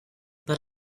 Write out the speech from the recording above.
but